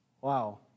Wow